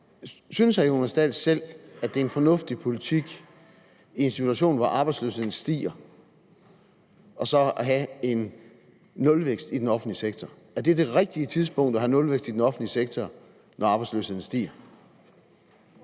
Dahl selv, at det er en fornuftig politik i en situation, hvor arbejdsløsheden stiger, at have nulvækst i den offentlige sektor? Er det det rigtige tidspunkt at have nulvækst på i den offentlige sektor, når arbejdsløsheden stiger?